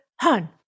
Hun